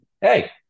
hey